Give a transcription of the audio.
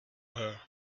her